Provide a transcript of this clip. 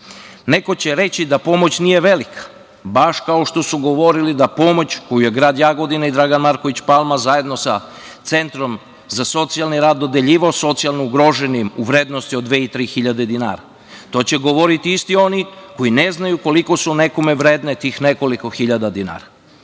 će reći da pomoć nije velika, baš kao što su govorili da pomoć koju je grad Jagodina i Dragan Marković Palma zajedno sa Centrom za socijalni rad dodeljivao socijalno ugroženim u vrednosti od dve i tri hiljade dinara. To će govoriti i isti oni koji ne znaju koliko su nekome vredni tih nekoliko hiljada dinara. Dakle,